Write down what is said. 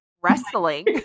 wrestling